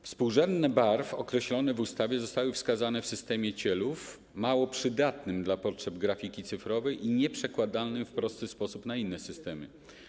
Współrzędne barw określone w ustawie zostały wskazane w systemie CIELUV, mało przydatnym dla potrzeb grafiki cyfrowej i nieprzekładalnym w prosty sposób na inne systemy.